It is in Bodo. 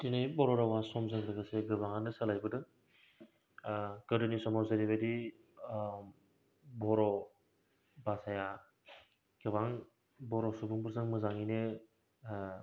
दिनै बर' रावा समजों लोगोसे गोबाङानो सोलायबोदों गोदोनि समाव जेरैबादि बर' भाषाया गोबां बर' सुबुंफोरजों मोजाङैनो